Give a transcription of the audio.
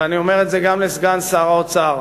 ואני אומר את זה גם לסגן שר האוצר.